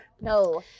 No